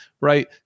right